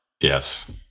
Yes